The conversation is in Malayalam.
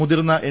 മുതിർന്ന എൻ